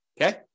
okay